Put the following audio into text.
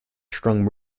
strong